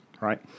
right